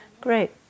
great